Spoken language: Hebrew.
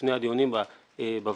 בפני הדיונים בוועדה